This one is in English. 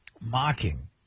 mocking